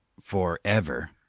forever